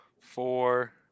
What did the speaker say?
four